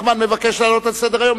נחמן מבקש להעלות את הנושא על סדר-היום,